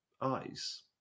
eyes